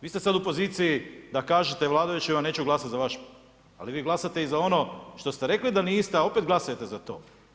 Vi ste sada u poziciji da kažete vladajućima, neću glasati za vaš, ali vi glasate i za ono što ste rekli da niste, a opet glasujete za to.